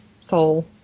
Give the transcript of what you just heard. soul